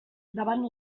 davant